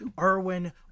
Irwin